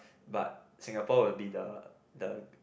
but Singapore will be the the